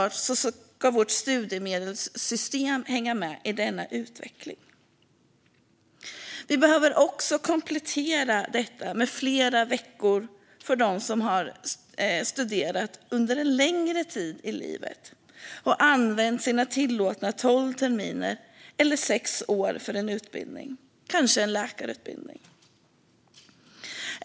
Vårt studiemedelssystem ska såklart hänga med i denna utveckling. Vi behöver komplettera detta med fler veckor för dem som har studerat under en längre tid i livet och använt sina tillåtna tolv terminer, eller sex år, för en utbildning - kanske en läkarutbildning.